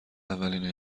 اولین